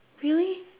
really